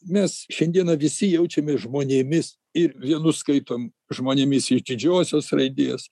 mes šiandieną visi jaučiamės žmonėmis ir vienus skaitom žmonėmis iš didžiosios raidės